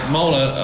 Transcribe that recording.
Mola